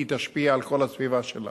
היא תשפיע על כל הסביבה שלה.